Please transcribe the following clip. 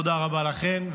תודה רבה לכן,